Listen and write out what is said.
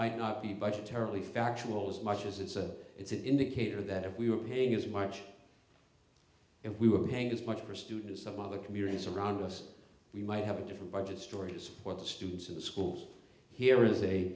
might not be budget terribly factual as much as it's a it's an indicator that if we were paying as much if we would hang is much for students of other communities around us we might have a different budget story to support the students in the schools here is a